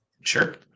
Sure